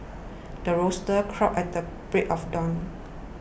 the rooster crows at the break of dawn